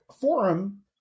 forum